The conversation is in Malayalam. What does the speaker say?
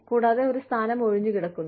കൂടാതെ ഒരു സ്ഥാനം ഒഴിഞ്ഞുകിടക്കുന്നു